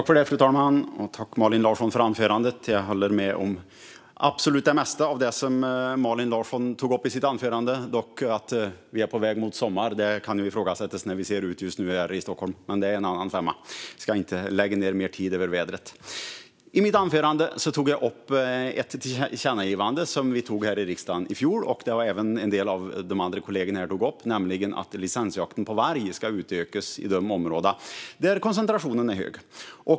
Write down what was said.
Fru talman! Tack, Malin Larsson, för anförandet! Jag håller absolut med om det mesta som Malin Larsson tog upp i sitt anförande. Dock kan det ifrågasättas att vi är på väg mot sommar när vi ser ut just nu här i Stockholm. Men det är en annan femma. Jag ska inte lägga ned mer tid på vädret. I mitt anförande tog jag upp ett tillkännagivande som vi antog här i riksdagen i fjol. Det har även en del av de andra kollegorna tagit upp. Det gäller att licensjakten på varg ska utökas i de områden där koncentrationen är hög.